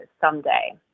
someday